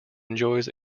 enjoys